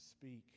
speak